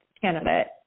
candidate